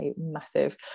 massive